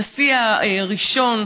הנשיא הראשון,